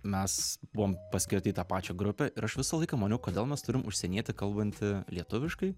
mes buvom paskirti į tą pačią grupę ir aš visą laiką maniau kodėl mes turim užsienietį kalbantį lietuviškai